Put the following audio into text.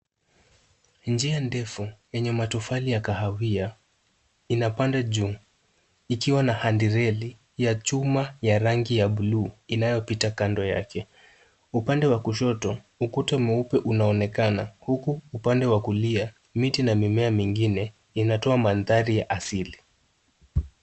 Njia ndefu yenye matofali ya kahawia, inapanda juu ikiwa na handireli ya chuma ya rangi ya buluu inayopita kando yake. Upande wa kushoto, ukuta mweupe unaonekana huku upande wa kulia, miti na mimea mingine inatoa mandhari ya asili.